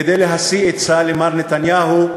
כדי להשיא עצה למר נתניהו,